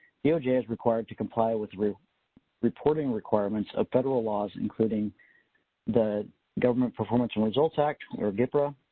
doj is required to comply with with reporting requirements of federal laws, including the government performance and results act, or gpra,